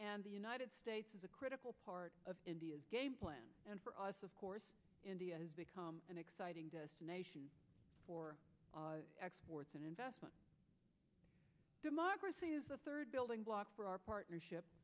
and the united states is a critical part of india's for us of course india has become an exciting destination for exports and investment democracy is the third building block for our partnership